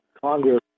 Congress